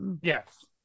Yes